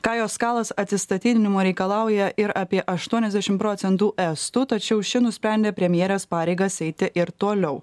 kajos kalas atsistatydinimo reikalauja ir apie aštuoniasdešim procentų estų tačiau ši nusprendė premjerės pareigas eiti ir toliau